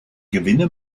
gewinne